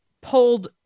pulled